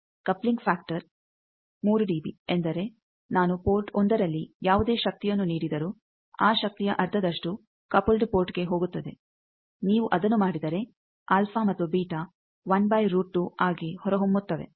coupling factor 3 dB ಎಂದರೆ ನಾನು port 1ರಲ್ಲಿ ಯಾವುದೇ ಶಕ್ತಿಯನ್ನು ನೀಡಿದರೂ ಆ ಶಕ್ತಿಯ ಅರ್ಧದಷ್ಟು ಕಪಲ್ಡ್ ಪೋರ್ಟ್ಗೆ ಹೋಗುತ್ತದೆ ನೀವು ಅದನ್ನು ಮಾಡಿದರೆ ಅಲ್ಫಾ ಮತ್ತು ಬೀಟಾ ಆಗಿ ಹೊರಹೊಮ್ಮುತ್ತವೆ